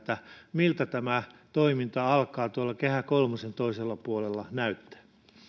miltä tämä toiminta alkaa tuolla kehä kolmosen toisella puolella näyttää